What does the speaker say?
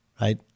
right